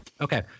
Okay